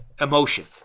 emotion